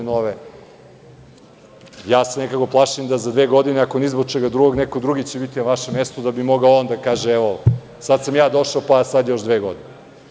Ja se plašim da za dve godine, ako ni zbog čega drugog neko drugi će biti na vašem mestu da bi on mogao da kaže evo sada sam ja došao pa još dve godine.